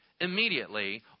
immediately